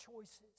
choices